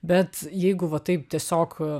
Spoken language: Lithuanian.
bet jeigu va taip tiesiog